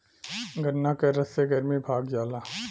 गन्ना के रस से गरमी भाग जाला